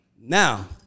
Now